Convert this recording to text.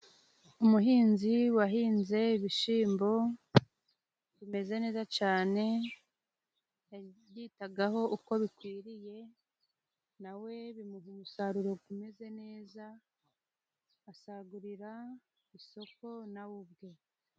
Umuhinzi wahinze ibishyimbo, bimeze neza cyane, yabyitagaho uko bikwiriye, na we bimuha umusaruro umeze neza, asagurira isoko na we ubwe.